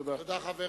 תודה.